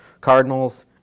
Cardinals